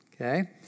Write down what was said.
Okay